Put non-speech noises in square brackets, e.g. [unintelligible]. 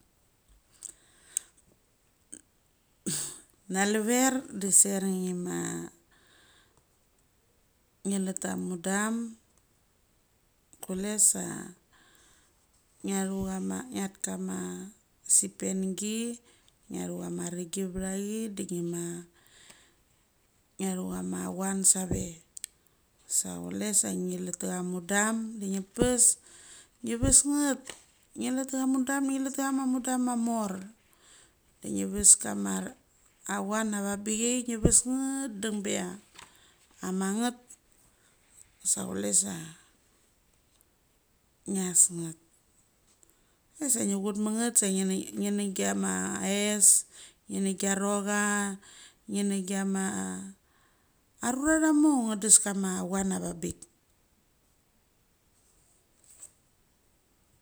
[noise] naluver de ser nima nge leta mudam, kule sa nge aru chama nget kama sipengt, nger anu kama rengi ve chiagi de nge, ma ugaru chama chuang save. Su chule sa nge letchia mudam de nge pas, ngvas nget nge letchia mudam, lethchia ma mudam mamor de vas kama chuang avabichia nge vas nget dungbe chia amang nget sa kule sa ngas nget. [unintelligible] sa nge chut sa nge gichiama aies ngene giarocha, ngene gichiama arura cha mo unin da kama chuang avangbik.